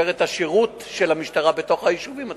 את השירות של המשטרה בתוך היישובים עצמם.